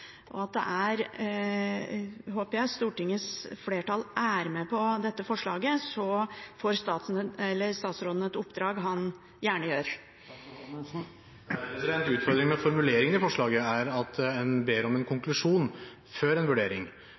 og at Stortingets flertall – håper jeg – er med på dette forslaget, så får statsråden et oppdrag han gjerne gjør. Utfordringen med formuleringen i forslaget er at en ber om en konklusjon før en vurdering.